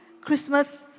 Christmas